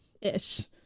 Ish